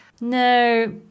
No